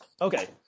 Okay